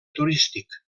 turístic